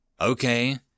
Okay